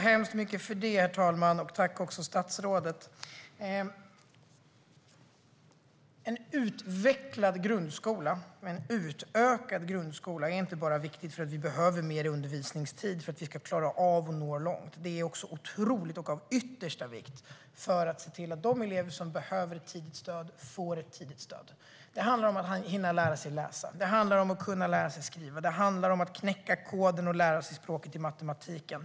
Herr talman! Tack för det, statsrådet. En utvecklad och utökad grundskola är inte bara viktig för att vi behöver mer undervisningstid för att vi ska klara av att nå långt. Det är också av yttersta vikt för att se till att de elever som behöver ett tidigt stöd får ett tidigt stöd. Det handlar om att de ska hinna lära sig läsa, att de ska kunna lära sig skriva och att de ska knäcka koden och lära sig språket i matematiken.